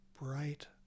bright